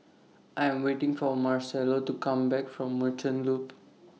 I Am waiting For Marcello to Come Back from Merchant Loop